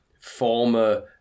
former